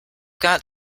got